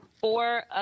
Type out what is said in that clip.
four